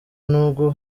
nubwo